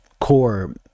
core